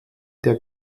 der